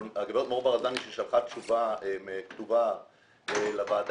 גברת מור ברזני ששלחה תשובה כתובה לוועדה,